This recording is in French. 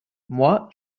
moi